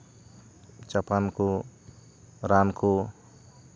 ᱪᱟᱯᱟᱱ ᱠᱚ ᱨᱟᱱ ᱠᱚ